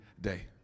day